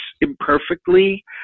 imperfectly